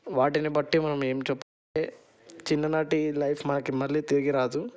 వాటిని బట్టి మనం చిన్ననాటి లైఫ్ మనకి మళ్ళీ తిరిగి రాదు